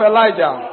Elijah